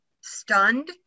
stunned